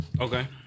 Okay